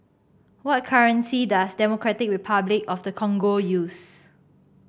what currency does Democratic Republic of the Congo use